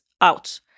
out